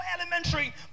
elementary